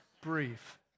brief